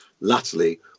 Latterly